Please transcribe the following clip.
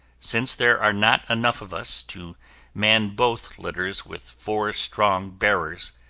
since there are not enough of us to man both litters with four strong bearers,